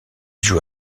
joue